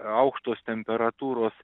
aukštos temperatūros